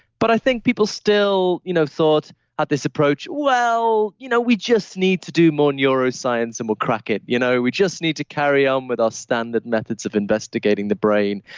but i think people still you know thought at this approach, well, you know we just need to do more neuroscience and we'll crack it. you know we just need to carry on um with our standard methods of investigating the brain.